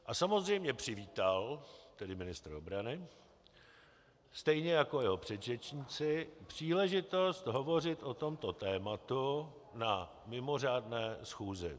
A samozřejmě přivítal, tedy ministr obrany, stejně jako jeho předřečníci příležitost hovořit o tomto tématu na mimořádné schůzi.